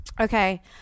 okay